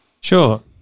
Sure